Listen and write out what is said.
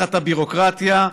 תחת הביורוקרטיה.